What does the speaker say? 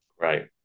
Right